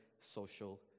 social